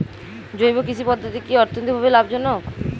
জৈব কৃষি পদ্ধতি কি অর্থনৈতিকভাবে লাভজনক?